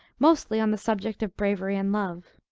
mostly on the subject of bravery and love.